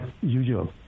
usual